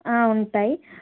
ఉంటాయి